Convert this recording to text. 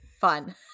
fun